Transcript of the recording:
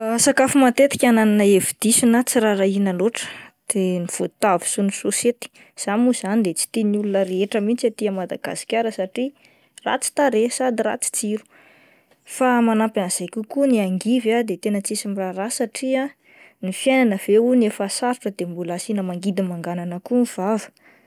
Sakafo matetika ananana hevi-diso na tsy rarahina loatra de ny voatavo sy ny sosety, izany moa zany de tsy tian'ny olona rehetra mihintsy aty Madagasikara satria ratsy tarehy sady ratsy tsiro fa manampy an'izay koa ny angivy ah de tena tsy misy miraharaha satria ny fiainana ve hono efa sarotra de mbola asiana mangidy manganana koa ny vava.